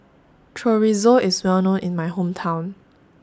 Chorizo IS Well known in My Hometown